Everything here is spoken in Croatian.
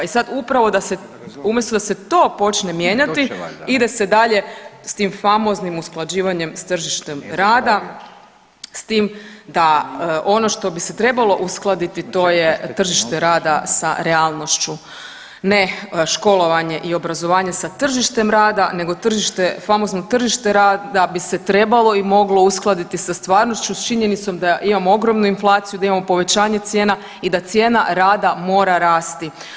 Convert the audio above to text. I sad upravo umjesto da se to počne mijenjati ide se dalje sa tim famoznim usklađivanjem sa tržištem rada, s tim da ono što bi se trebalo uskladiti to je tržište rada sa realnošću ne školovanje i obrazovanje sa tržištem rada, nego tržište, famozno tržište rada da bi se trebalo i moglo uskladiti sa stvarnošću, sa činjenicom da imamo ogromnu inflaciju da imamo povećanje cijena i da cijena rada mora rasti.